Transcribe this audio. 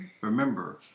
remember